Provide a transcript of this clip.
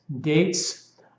dates